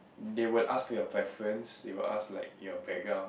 they would ask for your preference they would ask like your background